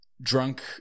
drunk